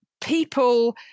people